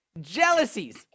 Jealousies